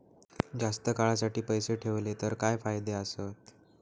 जास्त काळासाठी पैसे ठेवले तर काय फायदे आसत?